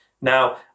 Now